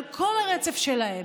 על כל הרצף שלהם,